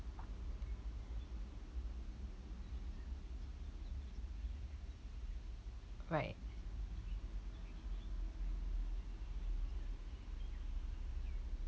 right